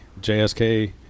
JSK